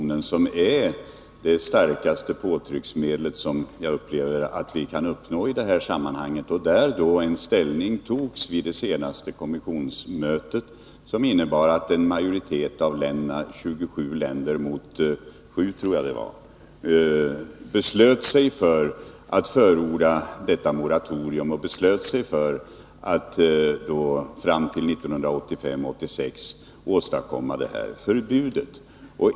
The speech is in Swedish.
Herr talman! Det är det arbete som läggs ner inom valfångstkommissionen som jag upplever är det starkaste påtryckningsmedel som vi kan uppnå i det här sammanhanget. Vid det senaste konventionsmötet tog man ställning på ett sätt som innebär att en majoritet av länderna — 27 länder mot 7, tror jag att det var — beslöt sig för att förorda detta moratorium och för att fram till 1985-1986 åstadkomma detta förbud.